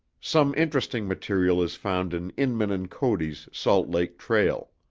some interesting material is found in inman and cody's salt lake trail.